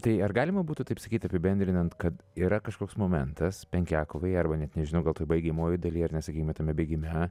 tai ar galima būtų taip sakyti apibendrinant kad yra kažkoks momentas penkiakovėje arba net nežinau gal toj baigiamojoj dalyje ar ne sakykime tame bėgime